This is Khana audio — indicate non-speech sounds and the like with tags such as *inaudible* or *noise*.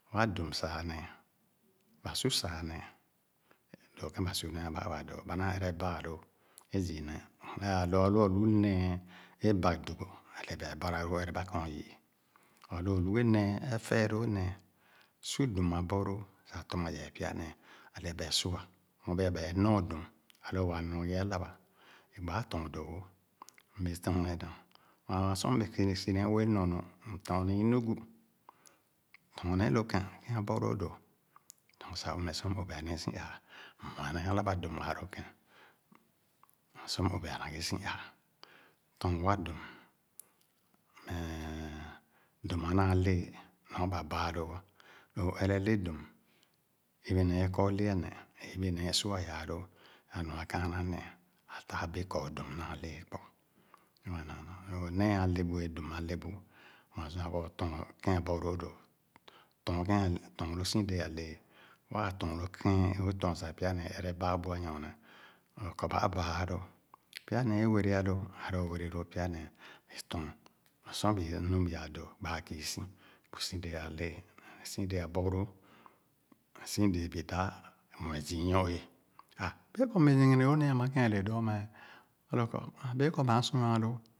Wa dum sa͂a͂ ǹèe, ba su sa͂a͂ ńée dóó ke͂n ba su nee ba aẁa do͂ ba ǹàa ere băă lõõ e'zii néé, unle lõ a'lu ne͂e͂ bag-dogò a'le ba băă'ra lõõ ɛrɛba ke͂n o'yii. But lõ o'lu ghe néé, efẽẽlóó néé, su dum a'bɔlõõ tɔma yɛɛ pya néé, a'le ba su'a nyorbẽẽ ba nɔ o'dum, ã'lõ waa nɔ na ghe alãbà, bi gbaa lɔ͠ɔn dõõwõ. M'be si'n nedum *unintelligible* Aa sor m'bee, si nee wẽẽ nɔ nu, m'tɔɔn nee Enugu, lɔ̃ɔ̃n nee lõ ke͂n ke͂'a bɔlõõ dõ. M'lɔ̃ɔ̃n sah mmeh sor m'obe'a nee si ãã, m'mue nee alabà dum ããn lõ ke͂n, mmeh nee sor m'o'be'a nee si ãa. Tɔɔn wa dum mehe͂e͂, dum anàà lee nɔ ba băă lõõ. Lõ o'ere ledum, yibe néé é kɔ le aneh ẽ yibe ne͂e͂ e͂e͂ su'a yaa lõõ anua kããnà néé; tàà be͂e͂ kɔ o'dum naa lee kpor. Nua-naa, *unintelligible* so néé a'le bu ye dum a'le bu, mue sua kɔ o'tɔɔn ke͂n a'bɔlõõ dõ. Tɔɔn ke͂, tɔɔn lõõ si de͂e͂ a'lee; waa tɔɔn lõ ke͂n, o;tɔɔn sah pya ne͂e͂ erè băă bu aiyorne. Mm̂ kɔ baa băă lõõ, pya ne͂e͂ é were a'lõõ, alõ o were lõõ pya ne͂e͂, bi tɔɔn. Mmeh sor bi, nu bi'a dõõ gbaa kiisi bu si de͂e͂ a'lee, busi de͂e͂ a'bɔlõõ, neh si de͂e͂ bui dáp mue zii i-nyɔ éé, ã be͂e͂ kɔ m'bee nyɛghɛnɛ lõõ néé amà kẽn a'le dõõma, a'lo'a kɔ, be͂e͂ kɔ maa sua alo͂o͂